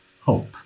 hope